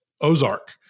Ozark